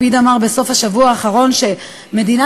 לפיד אמר בסוף השבוע האחרון שמדינת